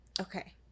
Okay